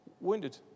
wounded